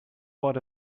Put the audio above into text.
what